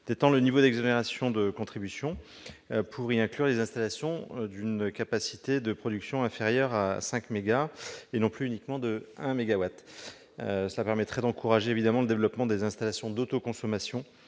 d'étendre le niveau d'exonération de CSPE pour y inclure les installations d'une capacité de production inférieure à cinq mégawatts et non plus uniquement de un mégawatt. Cette mesure permettrait d'encourager le développement des installations d'autoconsommation